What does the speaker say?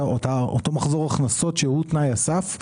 אותו מחזור הכנסות שהוא תנאי הסף,